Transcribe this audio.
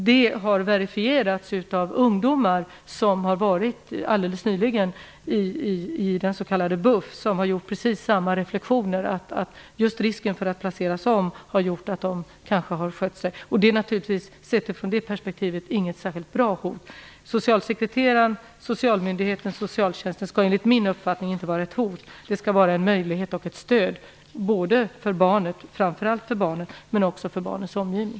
Det har verifierats av ungdomar alldeles nyligen i den s.k. BUFF. De har gjort precis samma reflexioner. Just risken att placeras om har gjort att de skött sig. Sett ifrån det perspektivet är det inget speciellt bra hot. Socialsekreteraren, socialmyndigheten, socialtjänsten skall enligt min uppfattning inte vara ett hot. De skall vara en möjlighet och ett stöd, framför allt för barnet, men också för barnets omgivning.